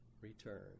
return